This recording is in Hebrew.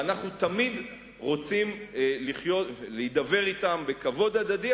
ואנחנו תמיד רוצים להידבר אתם בכבוד הדדי,